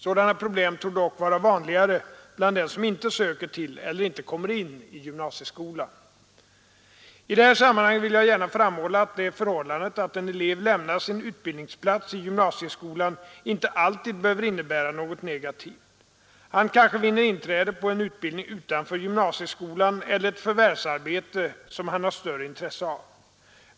Sådana problem torde dock vara vanligare bland dem som inte söker till eller inte kommer in i gymnasieskolan. I det här sammanhanget vill jag gärna framhålla att det förhållandet att en elev lämnar sin utbildningsplats i gymnasieskolan inte alltid behöver innebära något negativt. Han kanske vinner inträde på en utbildning utanför gymnasieskolan eller ett förvärvsarbete som han har större intresse av.